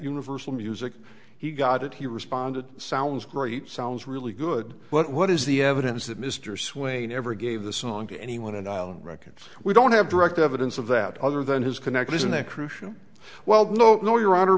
universal music he got it he responded sounds great sounds really good but what is the evidence that mr swain ever gave the song to anyone and island records we don't have direct evidence of that other than his connection isn't a crucial well no no your hon